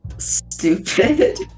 stupid